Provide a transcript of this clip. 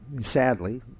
Sadly